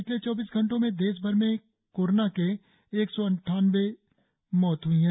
पिछले चौबीस घंटों में देशभर में कोरोना से एक सौ अट्ठानबे मौत ह्ई है